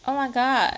oh my god